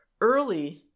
early